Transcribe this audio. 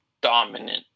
dominant